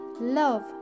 love